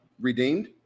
redeemed